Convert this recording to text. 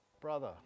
brother